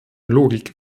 logik